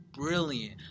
Brilliant